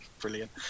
brilliant